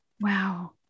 Wow